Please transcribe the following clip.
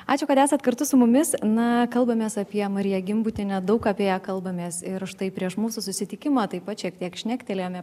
ačiū kad esat kartu su mumis na kalbamės apie mariją gimbutienę daug apie ją kalbamės ir štai prieš mūsų susitikimą taip pat šiek tiek šnektelėjome